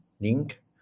link